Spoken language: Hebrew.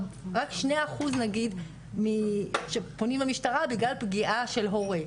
רק 2 אחוז נגיד שפונים למשטרה בגלל פגיעה של הורה.